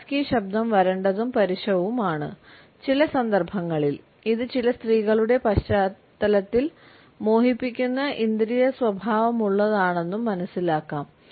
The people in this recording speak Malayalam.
ഒരു ഹസ്കി ശബ്ദം വരണ്ടതും പരുഷവും ആണ് ചില സന്ദർഭങ്ങളിൽ ഇത് ചില സ്ത്രീകളുടെ പശ്ചാത്തലത്തിൽ മോഹിപ്പിക്കുന്ന ഇന്ദ്രിയസ്വഭാവമുള്ളതാണെന്നും മനസ്സിലാക്കാം